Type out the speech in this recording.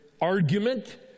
argument